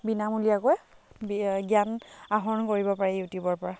বিনামূলীয়াকৈ বি জ্ঞান আহৰণ কৰিব পাৰে ইউটিউবৰ পৰা